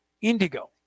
indigo